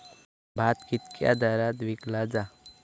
भात कित्क्या दरात विकला जा?